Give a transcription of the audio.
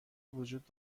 وجود